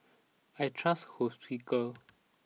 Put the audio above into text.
I trust Hospicare